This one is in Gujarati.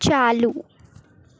ચાલુ